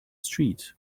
street